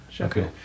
Okay